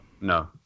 no